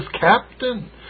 captain